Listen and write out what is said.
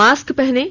mask पहनें